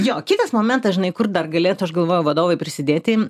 jo kitas momentas žinai kur dar galėtų aš galvoju vadovai prisidėti